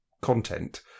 content